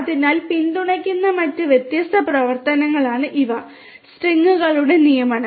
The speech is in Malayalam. അതിനാൽ പിന്തുണയ്ക്കുന്ന മറ്റ് വ്യത്യസ്ത പ്രവർത്തനങ്ങളാണ് ഇവ സ്ട്രിംഗുകളുടെ നിയമനം